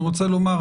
אני רוצה לומר,